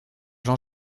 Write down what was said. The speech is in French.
jean